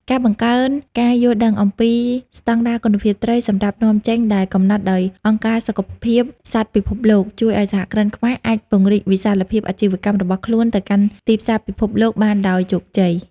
ការបង្កើនការយល់ដឹងអំពីស្តង់ដារគុណភាពត្រីសម្រាប់នាំចេញដែលកំណត់ដោយអង្គការសុខភាពសត្វពិភពលោក ជួយឱ្យសហគ្រិនខ្មែរអាចពង្រីកវិសាលភាពអាជីវកម្មរបស់ខ្លួនទៅកាន់ទីផ្សារពិភពលោកបានដោយជោគជ័យ។